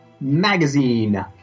Magazine